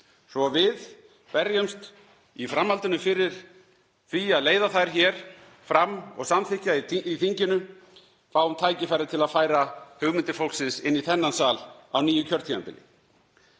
Við berjumst í framhaldinu fyrir því að leiða þær hér fram og samþykkja í þinginu og fáum tækifæri til að færa hugmyndir fólksins inn í þennan sal á nýju kjörtímabili.